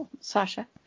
Sasha